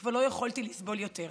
כבר לא יכולתי לסבול יותר.